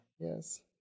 Yes